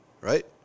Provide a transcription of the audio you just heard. right